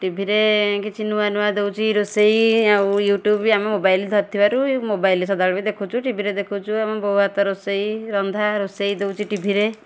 ଟିଭିରେ କିଛି ନୂଆ ନୂଆ ଦେଉଛି ରୋଷେଇ ଆଉ ୟୁଟ୍ୟୁବ୍ ବି ଆମେ ମୋବାଇଲ୍ ଧରିଥିବାରୁ ମୋବାଇଲ୍ରେ ସଦାବେଳେ ଦେଖୁଛୁ ଟିଭିରେ ଦେଖୁଛୁ ଆମ ବୋଉ ହାତ ରୋଷେଇ ରନ୍ଧା ରୋଷେଇ ଦେଉଛି ଟିଭିରେ